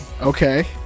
Okay